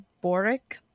Boric